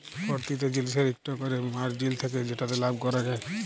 পরতিটা জিলিসের ইকট ক্যরে মারজিল থ্যাকে যেটতে লাভ ক্যরা যায়